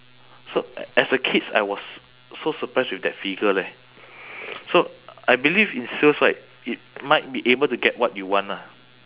so as a kids I was so surprised with that figure leh so I believe in sales right you might be able to get what you want ah